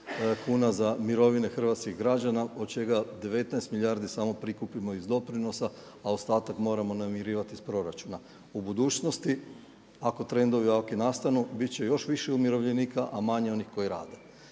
kuna za mirovine hrvatskih građana od čega 19 milijardi samo prikupimo iz doprinosa a ostatak moramo namirivati iz proračuna. U budućnosti ako trendovi ovakvi nastanu bit će još više umirovljenika, a manje onih koji rade.